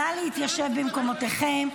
נא להתיישב במקומותיכם.